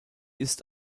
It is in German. ist